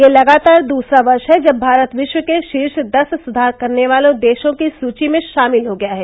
यह लगातार दूसरा वर्ष है जब भारत विश्व के शीर्ष दस सुधार करने वाले देशों की सूची में शामिल हो गया है